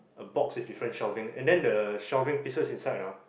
a box with different shelving and then the shelving pieces inside ah